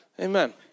Amen